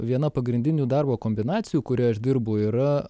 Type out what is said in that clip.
viena pagrindinių darbo kombinacijų kurioje aš dirbu yra